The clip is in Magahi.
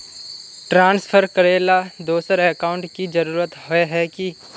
ट्रांसफर करेला दोसर अकाउंट की जरुरत होय है की?